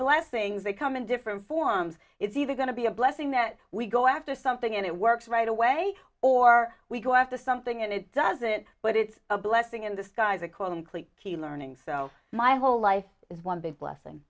blessings they come in different forms it's either going to be a blessing that we go after something and it works right away or we go after something and it does it but it's a blessing in disguise a call include key learnings so my whole life is one big blessing